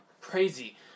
crazy